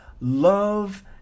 love